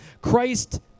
christ